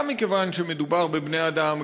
גם מכיוון שמדובר בבני-אדם,